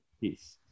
Peace